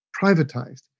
privatized